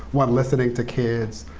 one, listening to kids,